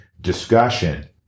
discussion